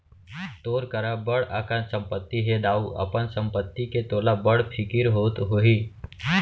तोर करा बड़ अकन संपत्ति हे दाऊ, अपन संपत्ति के तोला बड़ फिकिर होत होही